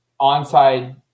onside